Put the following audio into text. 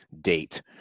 date